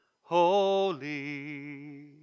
holy